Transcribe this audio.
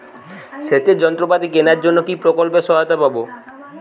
সেচের যন্ত্রপাতি কেনার জন্য কি প্রকল্পে সহায়তা পাব?